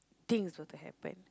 thing were to happen